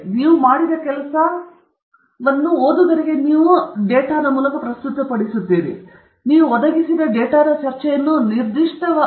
ಇದು ಪ್ರಮುಖ ಕೆಲಸವಾಗಿದೆ ನೀವು ಮಾಡಿದ ಕೆಲಸದ ಓದುಗರಿಗೆ ನೀವು ಸಂಗ್ರಹಿಸಿದ ಡೇಟಾವನ್ನು ಪ್ರಸ್ತುತಪಡಿಸುತ್ತಿದ್ದೀರಿ ಎಂದು ನೀವು ತಿಳಿಸಬೇಕು ನೀವು ಒದಗಿಸಿದ ಡೇಟಾದ ಚರ್ಚೆಯನ್ನು ವಿಶಿಷ್ಟವಾಗಿ ಪ್ರತಿನಿಧಿಸುವ ಓದುಗರನ್ನು ಮನವೊಲಿಸಬೇಕು